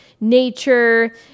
nature